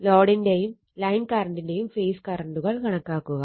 ലോഡിന്റെയും line കറണ്ടിന്റെയും phase കറണ്ടുകൾ കണക്കാക്കുക